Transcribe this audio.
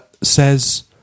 says